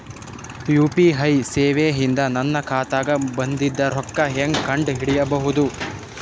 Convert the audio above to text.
UPI ಸೇವೆ ಇಂದ ನನ್ನ ಖಾತಾಗ ಬಂದಿದ್ದ ರೊಕ್ಕ ಹೆಂಗ್ ಕಂಡ ಹಿಡಿಸಬಹುದು?